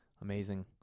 Amazing